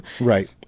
Right